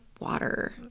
water